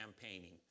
campaigning